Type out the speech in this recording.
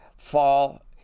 fall